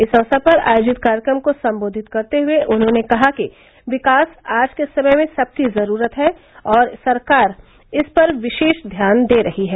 इस अवसर पर आयोजित कार्यक्रम को सम्बोधित करते हुये उन्होर्ने कहा कि विकास आज के समय में सबकी जरूरत है और सरकार इस पर विशेष ध्यान दे रही है